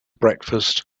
breakfast